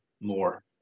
more